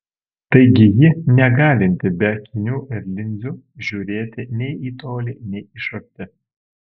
taigi ji negalinti be akinių ar linzių žiūrėti nei į tolį nei iš arti